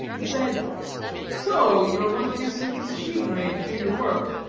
and said so you are going to get some machine made to do your work?